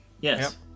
Yes